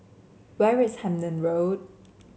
where is Hemmant Road